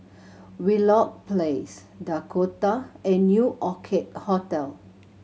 Wheelock Place Dakota and New Orchid Hotel